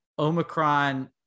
Omicron